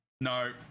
no